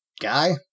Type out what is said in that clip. Guy